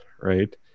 right